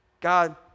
God